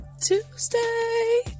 Tuesday